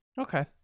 Okay